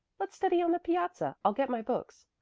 let's study on the piazza. i'll get my books.